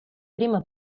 prima